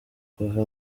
kuva